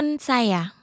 saya